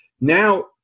now